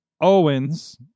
Owens